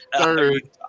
third